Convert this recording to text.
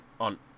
on